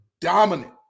dominant